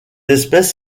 espèces